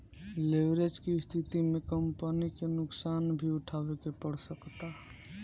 leverage के स्थिति में कंपनी के नुकसान भी उठावे के पड़ सकता